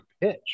pitch